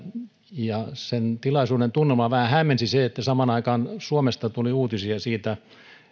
ja sen tilaisuuden tunnelmaa vähän hämmensi se että samaan aikaan suomesta tuli